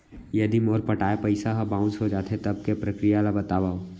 यदि मोर पटाय पइसा ह बाउंस हो जाथे, तब के प्रक्रिया ला बतावव